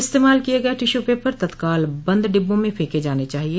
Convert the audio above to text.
इस्तेमाल किये गये टिश्यू पेपर तत्काल बंद डिब्बों में फेंके जाने चाहिए